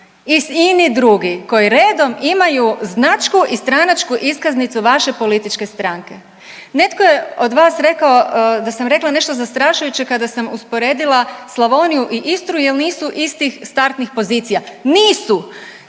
I ini drugi koji redom imaju značku i stranačku iskaznicu vaše političke stranke. Netko je od vas rekao da sam rekla nešto zastrašujuće kada sam usporedila Slavoniju i Istru jer nisu istih startnih pozicija. Nisu,